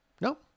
No